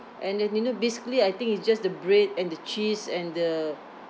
and then you know basically I think it's just the bread and the cheese and the